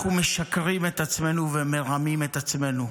אנחנו משקרים את עצמנו ומרמים את עצמנו.